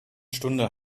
stunde